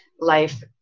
Life